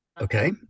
Okay